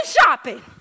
shopping